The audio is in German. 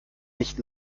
nicht